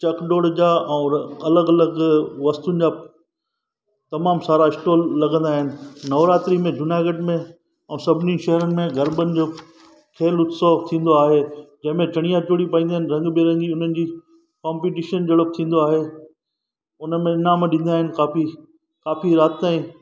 चकडोल जा ऐं अलॻि अलॻि वस्तुनि जा तमामु सारा स्टोर लॻंदा आहिनि नवरात्रि में जूनागढ़ में ऐं सभिनी शहरनि में गरबनि जो खेलु उत्सव थींदो आहे जंहिं में चणिया चोड़ी पाईंदा आहिनि रंग बेरंगी उन्हनि जी कॉम्पीटिशन जहिड़ो थींदो आहे हुन में ईनाम ॾींदा आहिनि काफ़ी काफ़ी राति ताईं